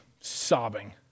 sobbing